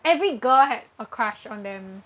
every girl had a crush on them